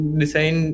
design